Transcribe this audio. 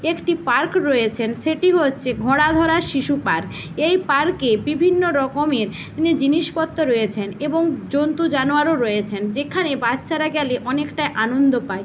একটি পার্ক রয়েছেন সেটি হচ্ছে ঘোড়াধরা শিশু পার্ক এই পার্কে বিভিন্ন রকমের নে জিনিসপত্র রয়েছেন এবং জন্তু জানোয়ারও রয়েছেন যেখানে বাচ্চারা গেলে অনেকটা আনন্দ পায়